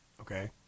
Okay